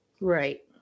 Right